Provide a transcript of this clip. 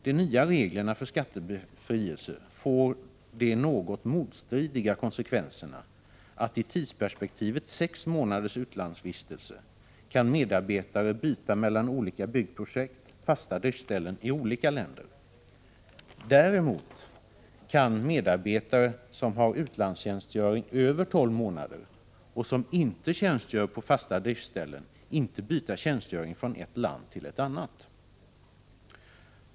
De nya reglerna för skattebefrielse får de något motstridiga konsekvenserna att i tidsperspektivet 6 månaders utlandsvistelse kan medarbetare byta mellan olika byggprojekt i olika länder. Däremot kan medarbetare som har utlandstjänstgöring över 12 månader och som inte tjänstgör på fasta driftsställen inte byta tjänstgöring från ett land till ett annat.